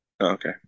Okay